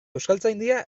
euskaltzaindia